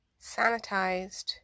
sanitized